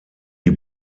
die